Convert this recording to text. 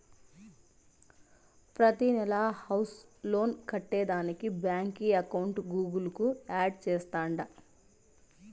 ప్రతినెలా house loan కట్టేదానికి బాంకీ అకౌంట్ గూగుల్ కు యాడ్ చేస్తాండా